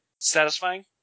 Satisfying